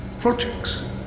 projects